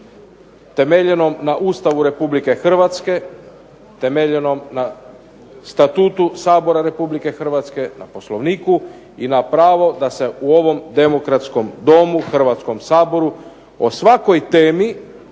temeljenom na Ustavu Republike Hrvatske temeljenom na Statutu Sabora Republike Hrvatske, na POslovniku i na pravo da se u ovom demokratskom Domu Hrvatskom saboru o svakoj temi